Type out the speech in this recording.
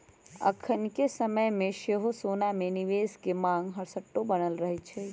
अखनिके समय में सेहो सोना में निवेश के मांग हरसठ्ठो बनल रहै छइ